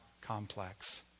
complex